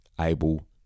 able